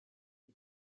des